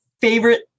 favorite